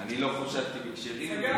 אני לא חשדתי בכשרים.